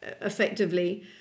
effectively